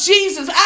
Jesus